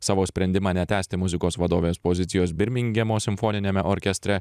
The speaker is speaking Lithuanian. savo sprendimą netęsti muzikos vadovės pozicijos birmingemo simfoniniame orkestre